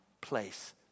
place